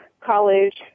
college